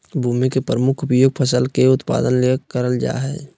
भूमि के प्रमुख उपयोग फसल के उत्पादन ले करल जा हइ